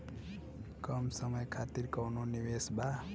कम समय खातिर कौनो निवेश बा?